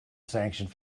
sanctioned